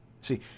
See